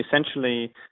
essentially